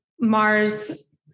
Mars